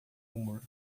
humor